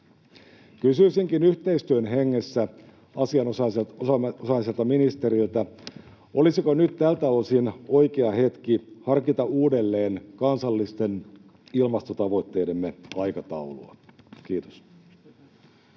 Kysyisinkin yhteistyön hengessä asianosaiselta ministeriltä: olisiko nyt tältä osin oikea hetki harkita uudelleen kansallisten ilmastotavoitteidemme aikataulua? — Kiitos.